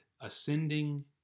ascending